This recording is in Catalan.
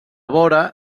vora